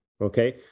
Okay